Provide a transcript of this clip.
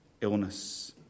illness